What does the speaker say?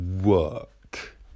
work